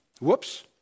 Whoops